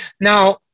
Now